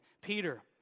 Peter